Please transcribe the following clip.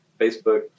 Facebook